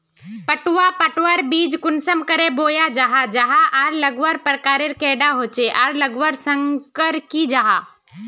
पटवा पटवार बीज कुंसम करे बोया जाहा जाहा आर लगवार प्रकारेर कैडा होचे आर लगवार संगकर की जाहा?